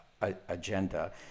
agenda